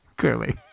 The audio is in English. Clearly